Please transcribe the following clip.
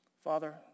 Father